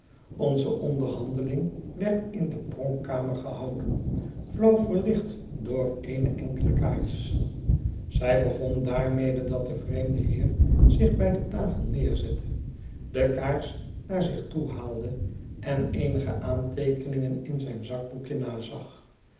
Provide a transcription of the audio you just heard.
onze onderhandeling werd in de pronkkamer gehouden flauw verlicht door eene enkele kaars zij begon daarmede dat de vreemde heer zich bij de tafel neerzette de kaars naar zich toe haalde en eenige aanteekeningen in zijn zakboekje nazag